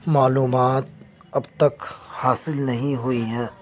معلومات اب تک حاصل نہیں ہوئی ہیں